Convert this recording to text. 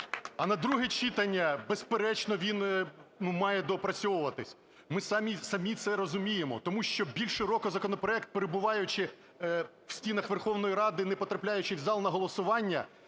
а на друге читання, безперечно, він має доопрацьовуватись. Ми самі це розуміємо, тому що більше року законопроект, перебуваючи в стінах Верховної Ради, не потрапляючи в зал на голосування,